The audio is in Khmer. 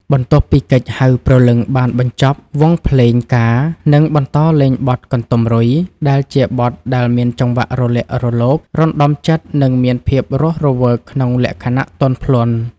បន្ទាប់ពីកិច្ចហៅព្រលឹងបានបញ្ចប់ វង់ភ្លេងការនឹងបន្តលេងបទ កន្ទុំរុយ ដែលជាបទដែលមានចង្វាក់រលាក់រលក រណ្ដំចិត្ត និងមានភាពរស់រវើកក្នុងលក្ខណៈទន់ភ្លន់។